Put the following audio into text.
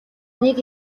нэг